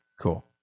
Cool